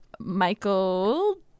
Michael